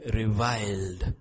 reviled